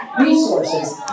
resources